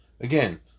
Again